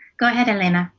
go ahead, elena?